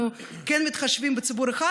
אנחנו כן מתחשבים בציבור אחד.